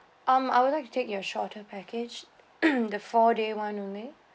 um I would like to take your shorter package the four day one only